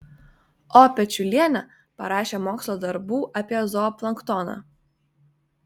o pečiulienė parašė mokslo darbų apie zooplanktoną